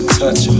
touch